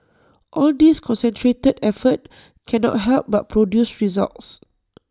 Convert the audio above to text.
all this concentrated effort cannot help but produce results